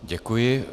Děkuji.